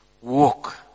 Walk